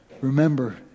remember